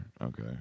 Okay